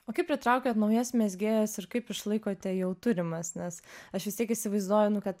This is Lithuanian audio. o kaip pritraukiat naujas mezgėjas ir kaip išlaikote jau turimas nes aš vis tiek įsivaizduoju nu kad